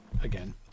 again